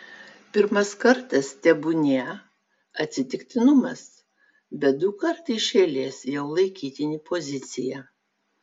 pirmas kartas tebūnie atsitiktinumas bet du kartai iš eilės jau laikytini pozicija